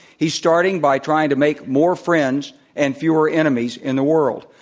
he's starting by trying to make more friends and fewer enemies in the world,